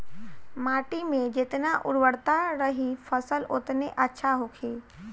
माटी में जेतना उर्वरता रही फसल ओतने अच्छा होखी